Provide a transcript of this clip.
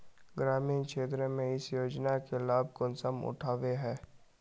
ग्रामीण क्षेत्र में इस योजना के लाभ कुंसम उठावे है?